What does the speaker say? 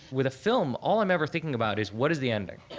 with a film, all i'm ever thinking about is what is the ending?